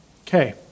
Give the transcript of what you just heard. Okay